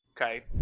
okay